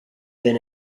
been